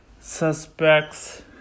suspects